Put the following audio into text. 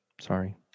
Sorry